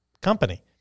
company